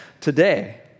today